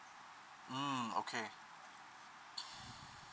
mm okay